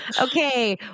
Okay